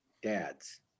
dad's